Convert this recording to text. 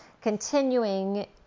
continuing